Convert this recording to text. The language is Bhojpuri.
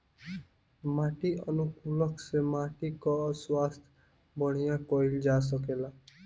माटी अनुकूलक से माटी कअ स्वास्थ्य बढ़िया कइल जा सकेला